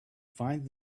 find